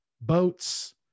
boats